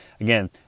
again